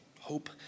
Hope